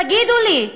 תגידו לי,